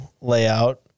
layout